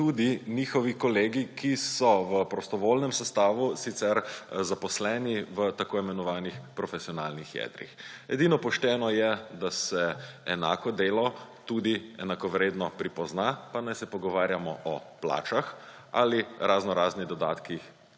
tudi njihovi kolegi, ki so v prostovoljnem sestavu sicer zaposleni v tako imenovanih profesionalnih jedrih. Edino pošteno je, da se enako delo tudi enakovredno prepozna, pa naj se pogovarjamo o plačah ali raznoraznih dodatkih,